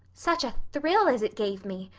such a thrill as it gave me!